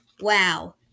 Wow